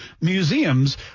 museums